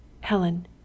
Helen